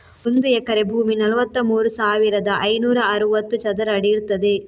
ಒಂದು ಎಕರೆ ಭೂಮಿ ನಲವತ್ತಮೂರು ಸಾವಿರದ ಐನೂರ ಅರವತ್ತು ಚದರ ಅಡಿ ಇರ್ತದೆ